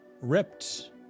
ripped